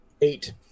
Eight